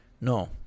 No